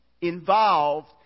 involved